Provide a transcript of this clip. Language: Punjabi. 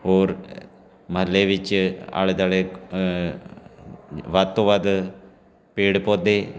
ਹੋਰ ਮੁਹੱਲੇ ਵਿੱਚ ਆਲੇ ਦੁਆਲੇ ਵੱਧ ਤੋਂ ਵੱਧ ਪੇੜ ਪੌਦੇ